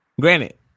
Granted